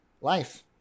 Life